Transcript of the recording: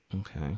Okay